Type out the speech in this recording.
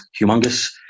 humongous